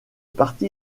parti